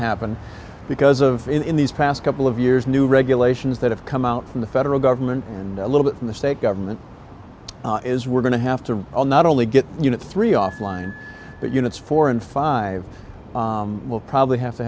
happen because of in these past couple of years new regulations that have come out from the federal government and a little bit from the state government is we're going to have to all not only get you know three offline units four and five we'll probably have to